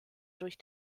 durch